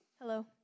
Hello